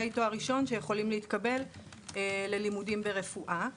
תואר ראשון שיכולים להתקבל ללימודים ברפואה.